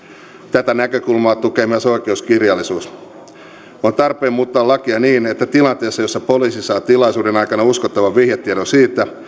tätä näkökulmaa tukee myös oikeuskirjallisuus on tarpeen muuttaa lakia niin että tilanteessa jossa poliisi saa tilaisuuden aikana uskottavan vihjetiedon siitä